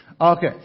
okay